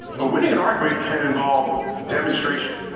but winning an argument can involve demonstration.